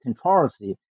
controversy